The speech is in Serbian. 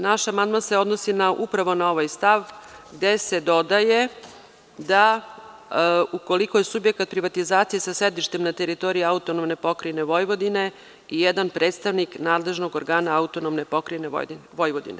Naš amandman se odnosi upravo na ovaj stav gde se dodaje – ukoliko je subjekat privatizacije, sa sedištem na teritoriji AP Vojvodine, i jedan predstavnik nadležnog organa AP Vojvodine.